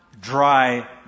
dry